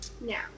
Now